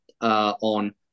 on